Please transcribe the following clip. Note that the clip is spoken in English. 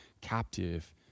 captive